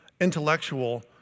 intellectual